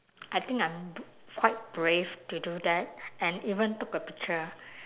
I think I'm quite brave to do that and even took a picture